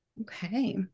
Okay